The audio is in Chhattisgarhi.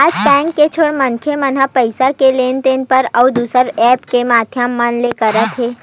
आज बेंक के छोड़ मनखे मन ह पइसा के लेन देन बर अउ दुसर ऐप्स के माधियम मन ले करत हे